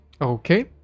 okay